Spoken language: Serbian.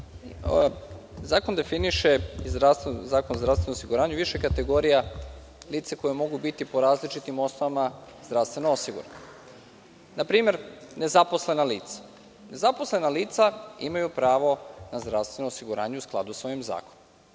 predsedavajući, Zakon o zdravstvenom osiguranju definiše više kategorija lica koja mogu biti po različitim osnovama zdravstveno osigurana. Na primer, nezaposlena lica. Nezaposlena lica imaju pravo na zdravstveno osiguranje u skladu sa ovim zakonom.